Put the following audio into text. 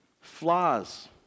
flaws